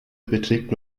beträgt